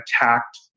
attacked